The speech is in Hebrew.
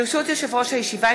ברשות יושב-ראש הישיבה,